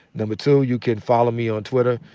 number two, you can follow me on twitter,